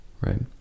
right